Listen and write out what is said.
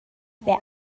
wer